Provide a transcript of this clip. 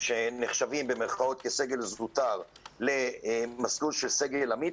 שנחשבים "סגל זוטר" למסלול של סגל עמית